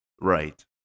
Right